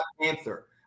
Panther